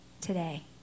today